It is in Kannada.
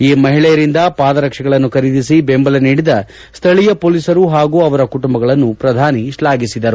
ಈ ಮಹಿಳೆಯರಿಂದ ಪಾದರಕ್ಷೆಗಳನ್ನು ಖರೀದಿಸಿ ಬೆಂಬಲ ನೀಡಿದ ಸ್ಥಳೀಯ ಪೊಲೀಸರು ಹಾಗೂ ಅವರ ಕುಟುಂಬಗಳನ್ನು ಪ್ರಧಾನಿ ಶ್ಲಾಘಿಸಿದ್ದಾರೆ